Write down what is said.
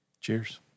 Cheers